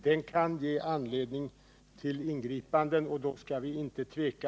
Den kan ge anledning till ingripanden, och då skall vi inte tveka.